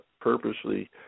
purposely